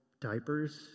diapers